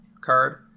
card